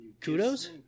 Kudos